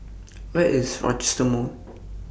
Where IS Rochester Mall